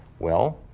well,